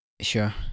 sure